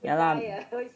ya lah